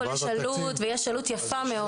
ויש עלות יפה מאוד.